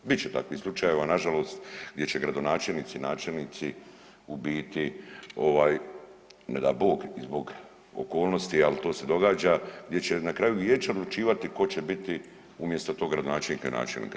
Bit će takvih slučajeva na žalost gdje će gradonačelnici i načelnici u biti ne daj Bog i zbog okolnosti ali to se događa gdje će na kraju vijeće odlučivati tko će biti umjesto tog gradonačelnika i načelnika.